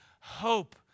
hope